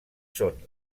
són